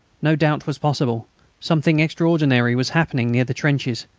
no doubt was possible something extraordinary was happening near the trenches,